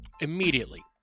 immediately